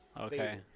Okay